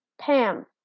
Pam